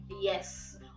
Yes